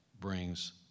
brings